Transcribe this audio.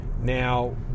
Now